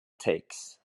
takes